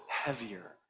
heavier